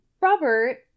Robert